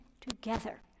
together